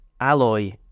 alloy